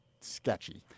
sketchy